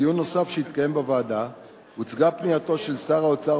בדיון נוסף שהתקיים בוועדה הוצגה פנייתו של שר האוצר,